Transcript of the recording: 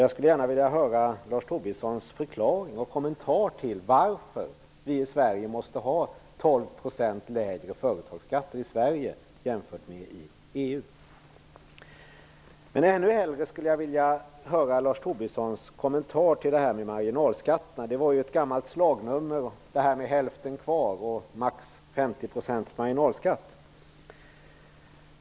Jag skulle gärna vilja höra Lars Tobissons förklaring och kommentar till varför vi i Sverige måste ha 12 % lägre företagsskatter jämfört med Men ännu hellre skulle jag vilja höra Lars Tobissons kommentar till marginalskatterna. De gamla slagorden löd ju ''Hälften kvar!'' och ''Högst 50 % marginalskatt!''.